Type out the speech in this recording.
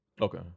Okay